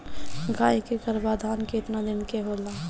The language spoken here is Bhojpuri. गाय के गरभाधान केतना दिन के होला?